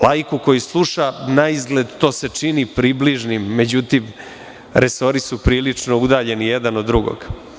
Laiku koji sluša naizgled to se čini približnim, međutim, resori su prilično udaljeni jedan od drugog.